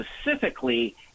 specifically